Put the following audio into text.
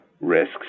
risks